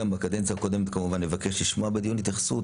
גם בקדנציה הקודמת כמובן שנבקש לשמוע התייחסות בדיון.